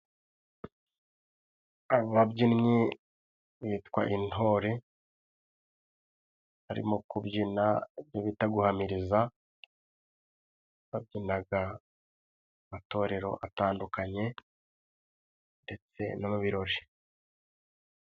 Ababyinnyi bitwa intore. Barimo kubyina ibyo bita guhamiriza. Babyinaga amatorero atandukanye ndetse no mu birori.